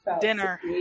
Dinner